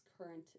current